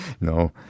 No